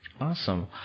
Awesome